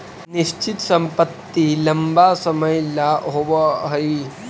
निश्चित संपत्ति लंबा समय ला होवऽ हइ